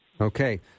Okay